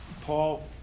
Paul